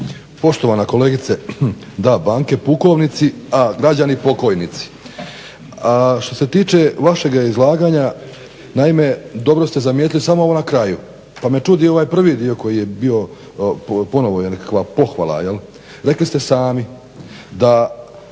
Poštovana kolegice. Da, banke pukovnici, a građani pokojnici. Što se tiče vašega izlaganja, naime dobro ste zamijetili samo ovo na kraju pa me čudi ovaj prvi dio koji je bio, ponovo je nekakva pohvala. Rekli ste sami da